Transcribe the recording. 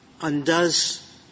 undoes